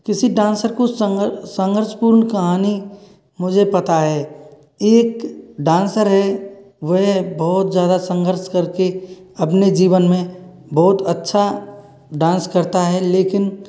किसी डान्सर को संघा संघर्षपूर्ण कहानी मुझे पता है एक डान्सर है वह बहुत ज्यादा संघर्ष करके अपने जीवन में बहुत अच्छा डान्स करता है लेकिन